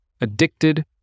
Addicted